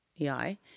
EI